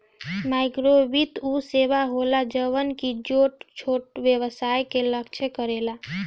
माइक्रोवित्त उ सेवा होला जवन की छोट छोट व्यवसाय के लक्ष्य करेला